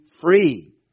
free